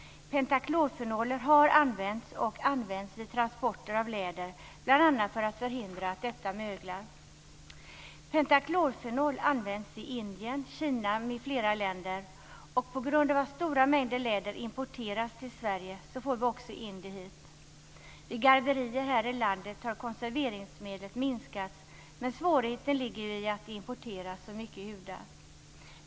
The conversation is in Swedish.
Pentaklorfenoler har använts och används vid transporter av läder, bl.a. för att förhindra att lädret möglar. Pentaklorfenol används i Indien, Kina och andra länder. På grund av att stora mängder läder importeras till Sverige får vi också in det hit. Vid garverier här i landet har konserveringsmedlet minskats, men svårigheten ligger i att det importeras så mycket hudar.